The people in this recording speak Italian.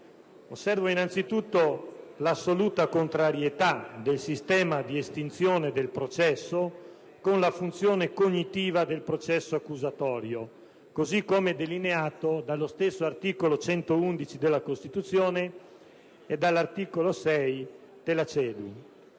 Osservo innanzitutto l'assoluta contradditorietà del sistema di estinzione del processo con la funzione cognitiva del processo accusatorio, così come delineato dallo stesso articolo 111 della Costituzione e dall'articolo 6 della CEDU.